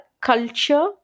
culture